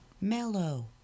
Mellow